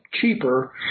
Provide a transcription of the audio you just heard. cheaper